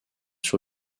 sur